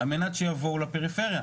על מנת שיבואו לפריפריה.